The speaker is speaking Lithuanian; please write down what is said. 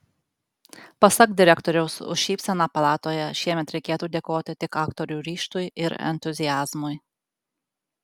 pasak direktoriaus už šypseną palatoje šiemet reikėtų dėkoti tik aktorių ryžtui ir entuziazmui